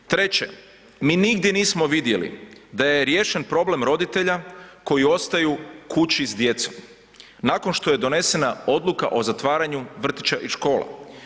Treće, mi nigdje nismo vidjeli da je riješen problem roditelja koji ostaju kući s djecom, nakon što je donesena odluka o zatvaranju vrtića i škola.